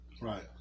Right